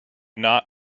not